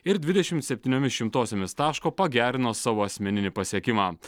ir dvidešimt septyniomis šimtosiomis taško pagerino savo asmeninį pasiekimą